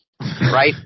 right